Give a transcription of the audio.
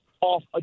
off